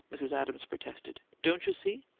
mrs. adams protested. don't you see?